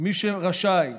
מי שרשאי